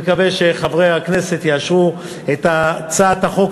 אני מקווה שחברי הכנסת יאשרו את הצעת החוק,